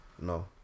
no